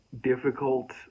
difficult